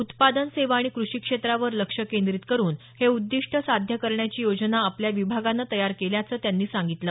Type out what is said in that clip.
उत्पादन सेवा आणि कृषी क्षेत्रावर लक्ष केंद्रीत करुन हे उद्दिष्ट साध्य करण्याची योजना आपल्या विभागानं तयार केल्याचं त्यांनी सांगितलं